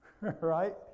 right